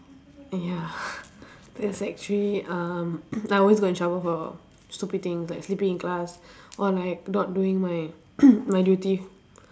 ya then sec three um I always got in trouble for stupid things like sleeping in class or like not doing my my duty